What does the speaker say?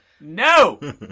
No